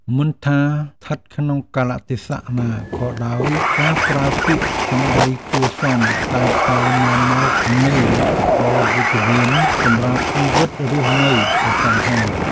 មិនថាស្ថិតក្នុងកាលៈទេសៈណាក៏ដោយការប្រើពាក្យសម្តីគួរសមតែងតែនាំមកនូវលទ្ធផលវិជ្ជមានសម្រាប់ជីវិតរស់នៅប្រចាំថ្ងៃ។